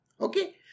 Okay